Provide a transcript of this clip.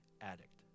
addict